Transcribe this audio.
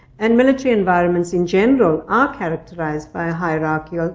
and military environments in general are characterized by a hierarchy, ah